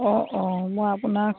অঁ অঁ মই আপোনাক